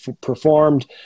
performed